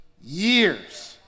years